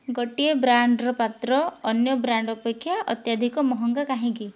ଗୋଟିଏ ବ୍ରାଣ୍ଡର ପାତ୍ର ଅନ୍ୟ ବ୍ରାଣ୍ଡ ଅପେକ୍ଷା ଅତ୍ୟଧିକ ମହଙ୍ଗା କାହିଁକି